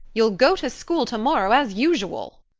you'll go to school tomorrow as usual.